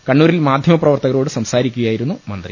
കണ്ണൂരിൽ മാധ്യമ പ്രവർത്തകരോട് സംസാരിക്കുകയായിരുന്നു മന്ത്രി